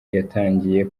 yatangiye